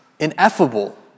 ineffable